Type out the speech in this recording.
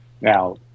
Now